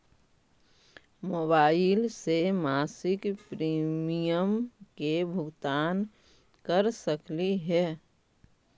Mobile से मासिक premium के भुगतान कर सकली हे?